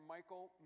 Michael